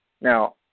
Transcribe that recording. Now